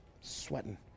Sweating